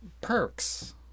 perks